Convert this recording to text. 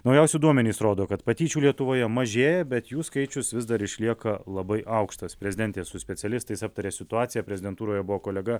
naujausi duomenys rodo kad patyčių lietuvoje mažėja bet jų skaičius vis dar išlieka labai aukštas prezidentė su specialistais aptarė situaciją prezidentūroje buvo kolega